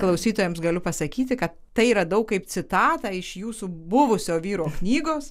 klausytojams galiu pasakyti kad tai radau kaip citatą iš jūsų buvusio vyro knygos